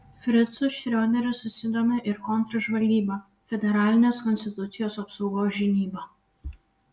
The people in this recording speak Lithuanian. fricu šrioderiu susidomi ir kontržvalgyba federalinės konstitucijos apsaugos žinyba